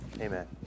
Amen